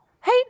Hey